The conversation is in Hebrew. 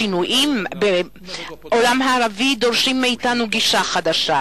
השינויים בעולם הערבי דורשים מאתנו גישה חדשה.